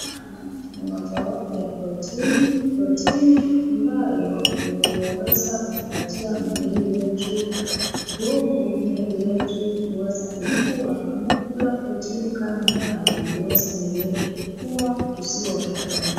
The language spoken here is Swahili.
Nyama ni mojawapo wa protini, protini ambayo huweza kupatia mili yetu nguvu. Mili yetu huweza kukua. Tunapo kula protini kama nyama huweza mili yetu kukua tusiwe watoto wadogo.